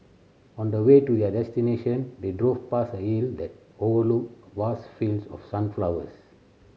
on the way to their destination they drove past a hill that overlooked vast fields of sunflowers